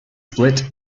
split